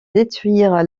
détruire